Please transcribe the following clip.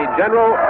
general